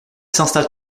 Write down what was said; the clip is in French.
s’installe